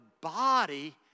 body